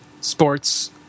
sports